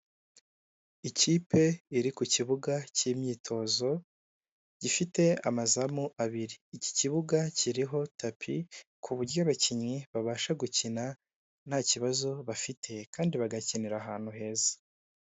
Ikipe iri ku kibuga cy'imyitozo gifite amazamu abiri. Iki kibuga kiriho tapi ku buryo abakinnyi babasha gukina nta kibazo bafite kandi bagakinira ahantu heza.